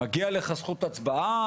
מגיע לך זכות הצבעה,